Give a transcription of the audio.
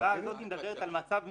ההכרה הזאת מדברת על מצב מינהלי.